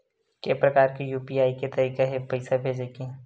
के प्रकार के यू.पी.आई के तरीका हे पईसा भेजे के?